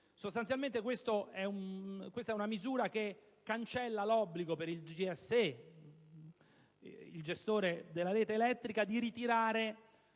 Sostanzialmente questa è una misura che cancella l'obbligo per il GSE, il gestore della rete elettrica, di ritirare